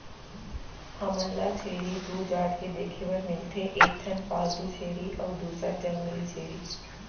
हमन ल छेरी दू जात के देखे बर मिलथे एक ठन पालतू छेरी अउ दूसर जंगली छेरी